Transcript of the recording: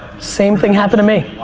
same thing happened to me.